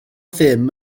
ddim